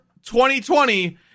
2020